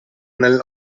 nel